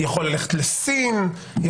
לסין,